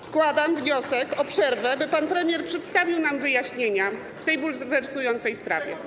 Składam wniosek o przerwę, by pan premier przedstawił nam wyjaśnienia w tej bulwersującej sprawie.